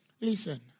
Listen